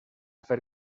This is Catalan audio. fer